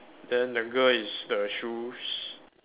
then the girl is the shoes